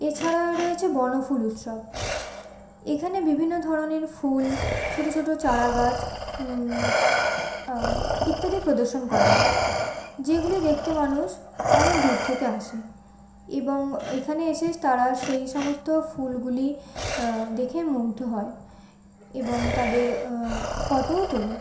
এছাড়া রয়েছে বনফুল উৎসব এখনে বিভিন্ন ধরনের ফুল ছোটো ছোটো চারা গাছ ইত্যাদি প্রদর্শন করা হয় যেগুলি দেখতে মানুষ অনেক দূর থেকে আসে এবং এইখানে এসে তারা সেই সমস্ত ফুলগুলি দেখে মুগ্ধ হয় এবং তাদের ফটোও তোলে